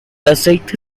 aceite